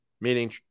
meaning